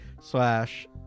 slash